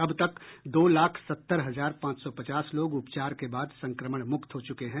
अब तक दो लाख सत्तर हजार पांच सौ पचास लोग उपचार के बाद संक्रमण मुक्त हो चुके हैं